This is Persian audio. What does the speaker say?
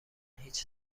هیچ